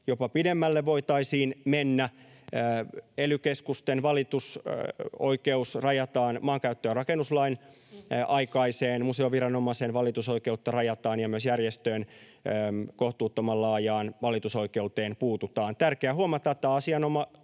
jopa pidemmälle voitaisiin mennä. Ely-keskusten valitusoikeus rajataan maankäyttö- ja rakennuslain aikaiseen, museoviranomaisen valitusoikeutta rajataan, ja myös järjestöjen kohtuuttoman laajaan valitusoikeuteen puututaan. On tärkeää huomata, että asianosaisten,